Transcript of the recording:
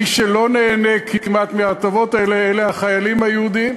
מי שלא נהנה כמעט מההטבות האלה הם החיילים היהודים,